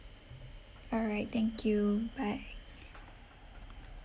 all right thank you bye